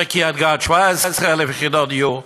בקריית-גת 17,000 יחידות דיור,